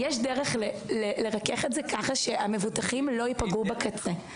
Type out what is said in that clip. יש דרך לרכך את זה כך שהמבוטחים לא ייפגעו בקצה.